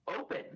open